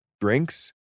drinks